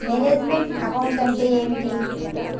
Manage meant account అంటే ఏమిటి?